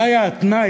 זה היה התנאי